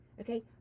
okay